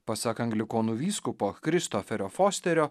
pasak anglikonų vyskupo kristoferio fosterio